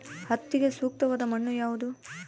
ಹತ್ತಿಗೆ ಸೂಕ್ತವಾದ ಮಣ್ಣು ಯಾವುದು?